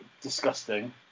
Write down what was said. disgusting